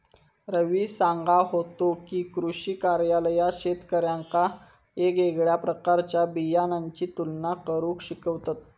रवी सांगा होतो की, कृषी कार्यालयात शेतकऱ्यांका येगयेगळ्या प्रकारच्या बियाणांची तुलना करुक शिकवतत